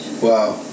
wow